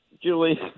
Julie